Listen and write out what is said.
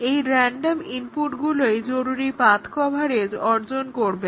এই রেনডম ইনপুটগুলোই জরুরী পাথ্ কভারেজ অর্জন করবে